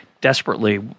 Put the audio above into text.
desperately